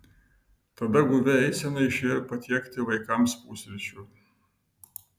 tada guvia eisena išėjo patiekti vaikams pusryčių